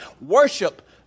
Worship